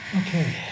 Okay